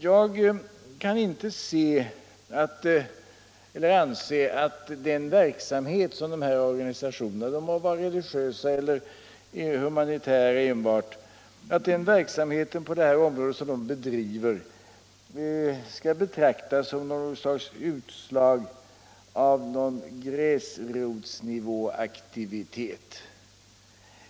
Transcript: Jag kan inte anse att den verksamhet som de här organisationerna - de må vara religiösa eller rent humanitära — bedriver skall betraktas som ett utslag av någon sorts gräsrotsnivåaktivitet.